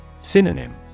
Synonym